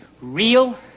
real